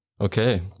Okay